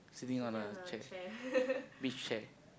sitting on a chair beach chair